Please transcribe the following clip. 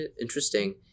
interesting